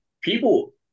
People